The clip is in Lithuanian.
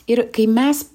ir kai mes